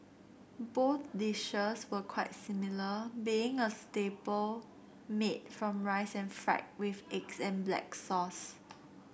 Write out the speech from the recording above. both dishes were quite similar being a staple made from rice and fried with eggs and black sauce